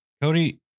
Cody